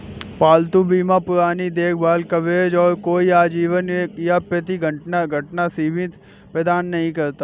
पालतू बीमा पुरानी देखभाल कवरेज और कोई आजीवन या प्रति घटना सीमा प्रदान नहीं करता